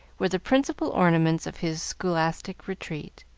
were the principal ornaments of his scholastic retreat.